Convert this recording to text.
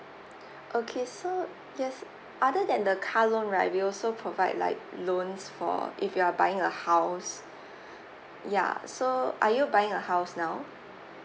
okay so yes other than the car loan right we also provide like loans for if you are buying a house ya so are you buying a house now